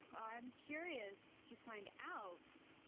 um i'm curious to find out.